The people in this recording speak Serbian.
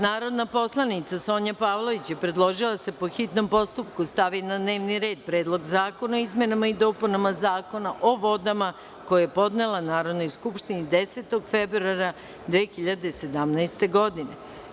Narodni poslanik Sonja Pavlović je predložila da se, po hitnom postupku, stavi na dnevni red Predlog zakona o izmenama i dopunama Zakona o vodama, koji je podnela Narodnoj skupštini 10. februara 2017. godine.